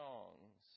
Songs